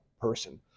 person